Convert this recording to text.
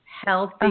healthy